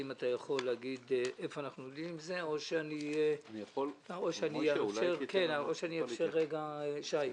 האם אתה יכול להגיד איפה אנחנו עומדים עם זה או שאני אאפשר לחברי הכנסת.